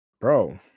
Bro